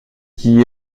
qui